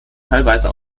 teilweise